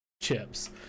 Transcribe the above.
Chips